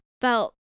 felt